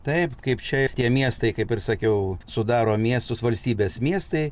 taip kaip čia ir tie miestai kaip ir sakiau sudaro miestus valstybės miestai